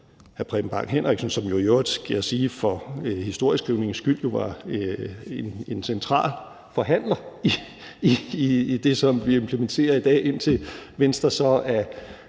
hr. Preben Bang Henriksen, var i øvrigt, skal jeg for historieskrivningens skyld sige, en central forhandler i det, som vi implementerer i dag, indtil Venstre så af